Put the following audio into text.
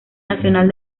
nacional